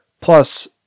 plus